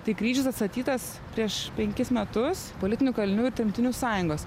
tai kryžius atstatytas prieš penkis metus politinių kalinių ir tremtinių sąjungos